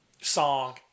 song